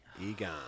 Egon